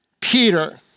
Peter